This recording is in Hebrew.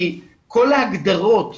כי כל ההגדרות,